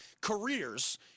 careers